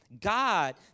God